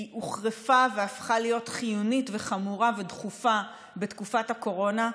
היא הוחרפה והפכה להיות חיונית וחמורה ודחופה בתקופת הקורונה,